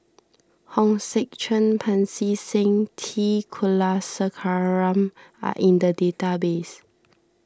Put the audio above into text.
Hong Sek Chern Pancy Seng T Kulasekaram are in the database